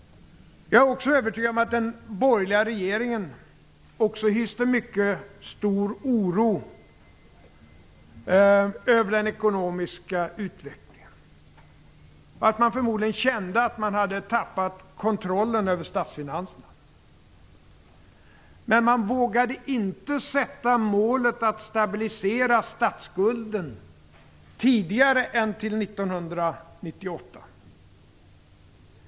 Jag är också övertygad om att den borgerliga regeringen hyste mycket stor oro över den ekonomiska utvecklingen. Man kände förmodligen att man hade tappat kontrollen över statsfinanserna. Men man vågade inte sätta målet att stabilisera statsskulden tidigare än till 1998.